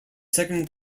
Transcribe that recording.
second